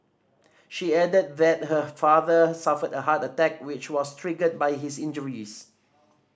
she added that her father suffered a heart attack which was triggered by his injuries